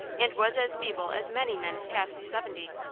and was as feeble as many men past seventy.